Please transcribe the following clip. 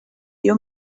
you